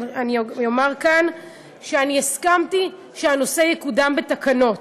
אבל אני אומרת כאן שאני הסכמתי שהנושא יקודם בתקנות,